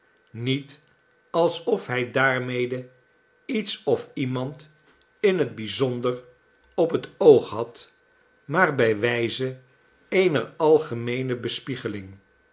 niet alsoi hij daarmede iets of iemand in het bijzonder op het oog had maar bij wijze eener